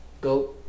Go